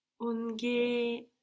Unge